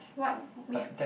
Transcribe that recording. what which